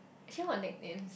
actually what nickname